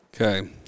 Okay